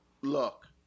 Look